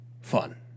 fun